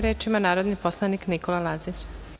Reč ima narodni poslanik Nikola Lazić.